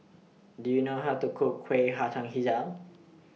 Do YOU know How to Cook Kuih Hijau